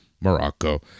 Morocco